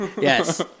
Yes